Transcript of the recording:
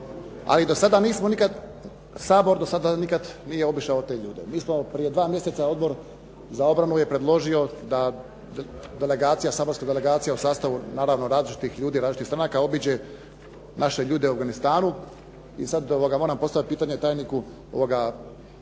A i do sada nismo nikad, Sabor do sada nikad nije obišao te ljude. Mi smo prije dva mjeseca, Odbor za obranu je predložio da delegacija, saborska delegacija u sastavu naravno različitih ljudi, različitih stranaka obiđe naše ljude u Afganistanu. I sad moram postavit pitanje tajniku,